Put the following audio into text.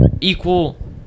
equal